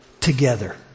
together